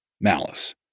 malice